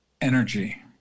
energy